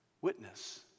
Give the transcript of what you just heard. witness